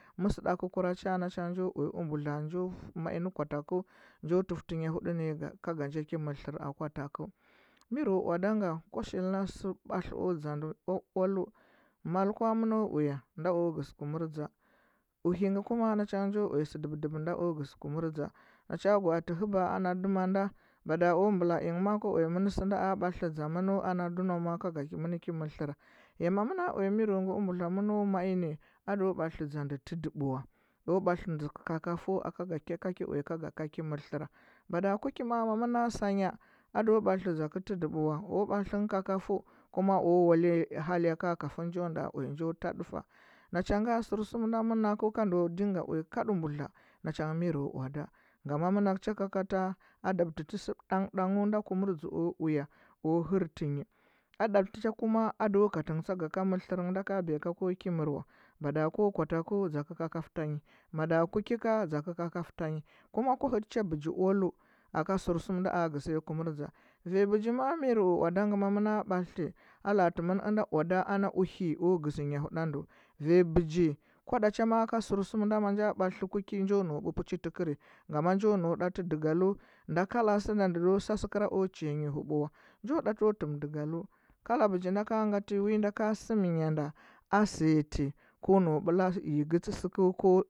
Mɚsɗakɚ kura cha na cha nge njo uya u nubudla njo tifti nya huɗu ga nja kɚ mɚr hɚra akwa takɚu mwo owada nga kwa shilna sɚ ɓatli o dȝa nde oal oalu mal kwa mɚno uya nda o gɚȝi kum ur dȝa uhɚ ngɚ kuma na cha ngɚ njo uya sɚ dubidubi na o gɚȝi kamur dȝa na cha gwaati hɚba ana dɚma nda mada o mbula ingɚ ana dɚma nda mada o mbula ingɚ ma. a kwa uya mɚn sɚna a ɓatliti dȝaminɚ ana dunama ka gamɚn kɚ mɚr tlɚr yo ma mɚna uya miro ngɚ u mbudla mɚno mai nɚ ada ɓathliti dȝa ndɚ tydɚp wa o bakiti nde kaka fɚu aka ga ka ki uya ka ki mɚu tlɚra bada ku ki ma’a mamɚna sanya ado batliti dȝkɚ tɚdɚp wa o batliti ngɚ kaka fɚu kuma o walya halyka kafin njo nda uya njo ta ɗɚfa na cha nga sɚrsum nda mana kɚu ka ndo ɗinga uya kad mbudla na cha ngɚ miro owada ngama manakɚ cha kakala a dabtɚ tɚ sɚ dangh dangh ada kumur dȝɚ o uya a hiɚrtɚ nyi a nda tɚ cha kuma ado katɚ nyi nda ka biya ka ko ki mɚr ula bada a ko kwa takɚu dȝakɚu ta nyi bada kuki ka dȝa kɚ kakaf ta nyi kuma kwa hɚtɚ cha bɚgi oalu nda a gɚȝɚya kumur dȝa vanya bɚgi ma’a miro owada ngɚ mɚna bathti a la’a tɚ mɚn ɚnda owada ana whe o gɚȝi nya huɗu ndɚ vanya begi kwa ɗa cha ma’a ka sɚrsuma nda ma ja batliti ku ki njo nau ɓupichi tɚkɚrɚ nga ma njo nau ɗati dɚgalu nda kala sɚ nda ndo satseu chiya yi hubu wa njo ɗa ti tɚm dɚgalu kala bɚgi nda ka ngati nda ka sɚm nya nda a sɚyati ko nau ɓɚla yi gɚtsɚ sɚku.